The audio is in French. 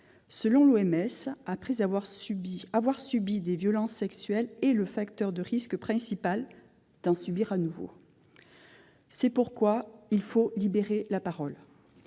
santé, l'OMS, avoir subi des violences sexuelles est le facteur de risque principal d'en subir à nouveau ... C'est pourquoi il faut libérer la parole.